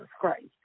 Christ